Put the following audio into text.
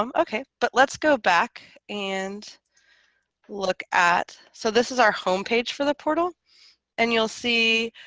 um okay, but let's go back and look at so this is our homepage for the portal and you'll see